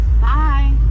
Bye